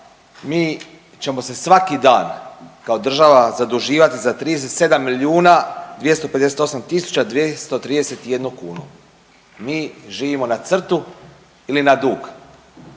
Mi ćemo se svaki dan kao država zaduživati za 37 milijuna 258 tisuća 231 kunu. Mi živimo na crtu ili na dug